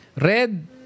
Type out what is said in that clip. red